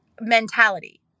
mentality